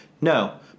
No